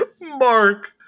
Mark